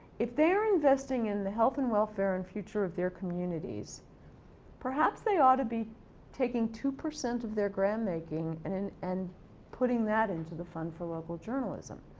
if they are investing in the health and welfare and future of their communities perhaps they oughta be taking two percent of their grant making and and and putting that into the fund for local journalism,